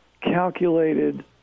calculated